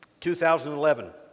2011